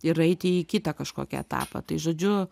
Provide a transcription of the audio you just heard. ir eiti į kitą kažkokį etapą tai žodžiu